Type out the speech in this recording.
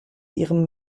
ihrem